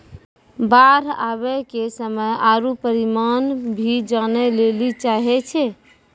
बाढ़ आवे के समय आरु परिमाण भी जाने लेली चाहेय छैय?